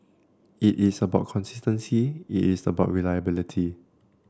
it is about consistency it is about reliability